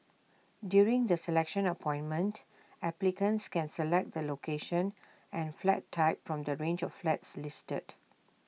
during the selection appointment applicants can select the location and flat type from the range of flats listed